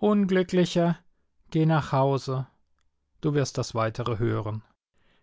unglücklicher gehe nach hause du wirst das weitere hören